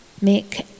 Make